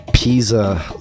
Pisa